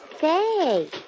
Say